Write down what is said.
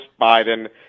Biden